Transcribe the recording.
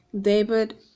David